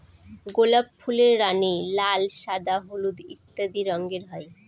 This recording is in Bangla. গোলাপ ফুলের রানী, লাল, সাদা, হলুদ ইত্যাদি রঙের হয়